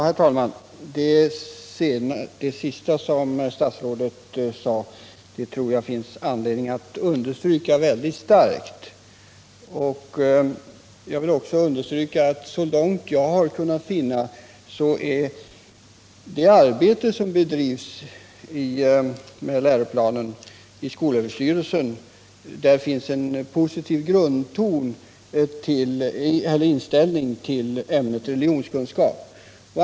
Herr talman! Vad statsrådet sade nu tror jag att det finns anledning att starkt understryka. Så långt jag kunnat finna har man i det arbete som bedrivs med läroplanen i skolöverstyrelsen en positiv inställning till ämnet religionskunskap.